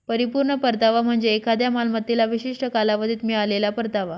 परिपूर्ण परतावा म्हणजे एखाद्या मालमत्तेला विशिष्ट कालावधीत मिळालेला परतावा